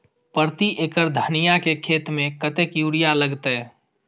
प्रति एकड़ धनिया के खेत में कतेक यूरिया लगते?